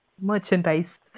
Merchandise